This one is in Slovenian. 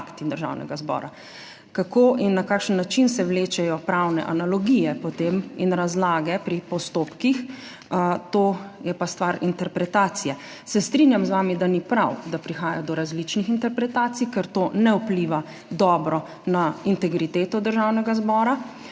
Kako in na kakšen način se vlečejo pravne analogije potem in razlage pri postopkih, to je pa stvar interpretacije. Se strinjam z vami, da ni prav, da prihaja do različnih interpretacij, ker to ne vpliva dobro na integriteto Državnega zbora.